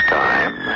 time